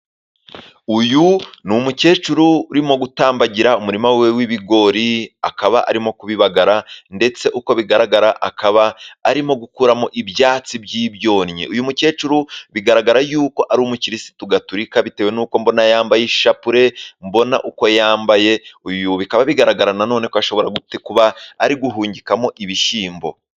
Uyu ni umukecuru urimo gutambagira umurima we w'ibigori akaba arimo kubibagara ndetse uko bigaragara akaba arimo gukuramo ibyatsi by'ibyonnyi. Uyu mukecuru bigaragara yuko ari umukirisitu gaturika bitewe n'uko mbona yambaye ishapure mbona uko yambaye. Uyu bikaba bigaragara nanone ko ashobora kuba ari guhungikamo ibishyimbo.